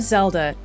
Zelda